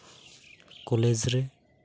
college ᱨᱮ